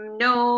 no